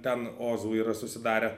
ten ozų yra susidarę